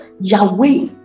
Yahweh